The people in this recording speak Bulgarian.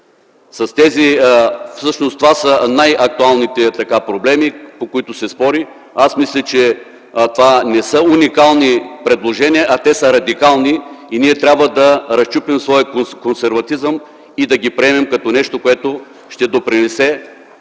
бърз процес. Това са най-актуалните проблеми, по които се спори. Аз мисля, че това не са уникални предложения, а са радикални и ние трябва да разчупим своя консерватизъм и да ги приемем като нещо, което ще допринесе,